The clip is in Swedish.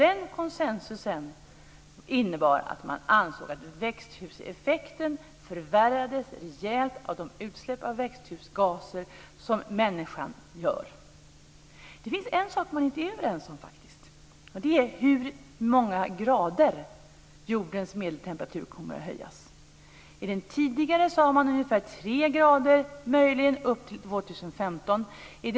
Denna konsensus innebar att man ansåg att växthuseffekten förvärrades rejält av de utsläpp av växthusgaser som människan som gör. Det finns faktiskt en sak som man inte är överens om, och det är hur många grader jordens medeltemperatur kommer att höjas. Tidigare sade man ungefär 3 grader fram till år 2015.